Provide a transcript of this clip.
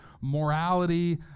morality